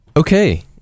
Okay